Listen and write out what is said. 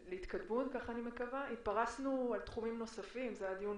להתקדמות, כך אני מקווה, זה היה דיון